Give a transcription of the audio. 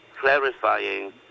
clarifying